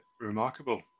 remarkable